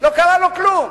לא קרה לו כלום,